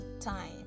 time